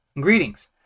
Greetings